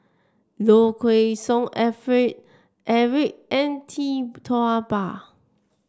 Low Kway Song Alfred Eric and Tee Tua Ba